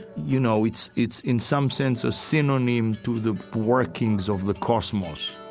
you know, it's it's in some sense a synonym to the workings of the cosmos